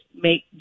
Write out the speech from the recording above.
make